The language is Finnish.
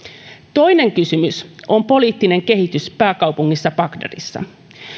toinen kysymys on poliittinen kehitys pääkaupungissa bagdadissa